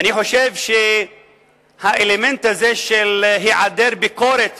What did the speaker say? אני חושב שהאלמנט הזה של היעדר ביקורת